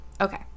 Okay